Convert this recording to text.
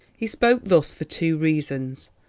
he spoke thus for two reasons.